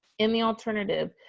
in the alternative,